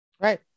Right